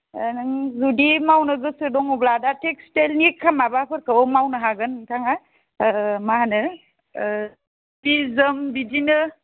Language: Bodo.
दा नों जुदि मावनो गोसो दङब्ला दा टेक्सटायलनि माबाफोरखौ मावनो हागोन नोंथाङा मा होनो जि जोम बिदिनो